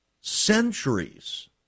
centuries